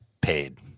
paid